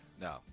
No